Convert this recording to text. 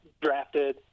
drafted